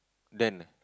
Dan eh